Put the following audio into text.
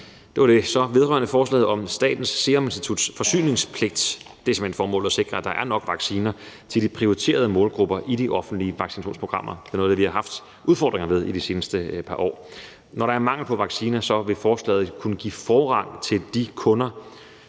Det var det. Så er der forslaget om Statens Serum Instituts forsyningspligt. Her er formålet simpelt hen at sikre, at der er nok vacciner til de prioriterede målgrupper i de offentlige vaccinationsprogrammer. Det er noget af det, vi har haft udfordringer med i de seneste par år. Når der er mangel på vacciner, vil forslaget kunne give forrang til de kunder,